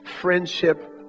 friendship